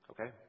Okay